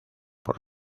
por